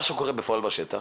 מה שקורה בפועל בשטח,